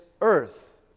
earth